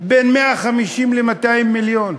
בין 150 ל-200 מיליון.